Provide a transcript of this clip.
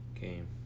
Game